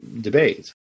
debate